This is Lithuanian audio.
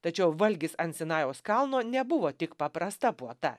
tačiau valgis ant sinajaus kalno nebuvo tik paprasta puota